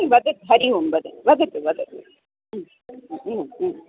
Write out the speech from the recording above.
वदतु हरिः ओं वद वदतु वदतु ह्म् ह्म् ह्म्